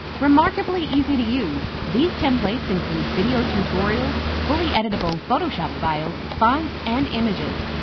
remarkably easy to use, these templates include video tutorials, fully editable photoshop files, fonts and images.